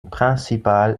principal